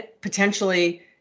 potentially